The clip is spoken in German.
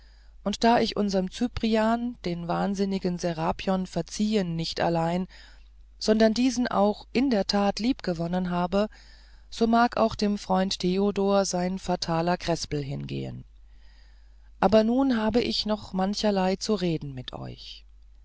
und da ich unserm cyprian den wahnsinnigen serapion verziehen nicht allein sondern diesen auch in der tat liebgewonnen habe so mag auch dem freunde theodor sein fataler krespel hingehen aber nun habe ich noch mancherlei zu reden mit euch